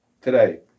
today